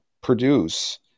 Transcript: produce